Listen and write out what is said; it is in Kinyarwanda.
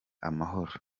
amahoro